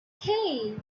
hey